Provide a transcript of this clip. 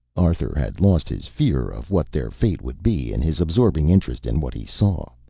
arthur had lost his fear of what their fate would be in his absorbing interest in what he saw.